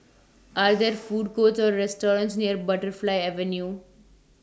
Are There Food Courts Or restaurants near Butterfly Avenue